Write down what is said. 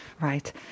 Right